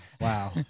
Wow